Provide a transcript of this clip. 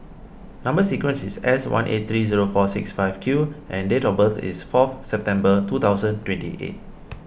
Number Sequence is S one eight three zero four six five Q and date of birth is fourth September two thousand twenty eight